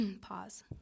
Pause